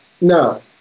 No